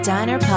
Diner